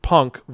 Punk